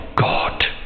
God